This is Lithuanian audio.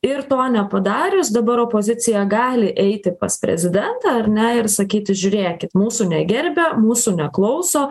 ir to nepadarius dabar opozicija gali eiti pas prezidentą ar ne ir sakyti žiūrėkit mūsų negerbia mūsų neklauso